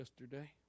yesterday